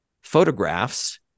photographs